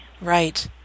right